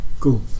cool